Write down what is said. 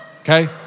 okay